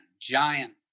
giant